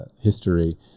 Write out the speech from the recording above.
history